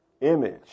image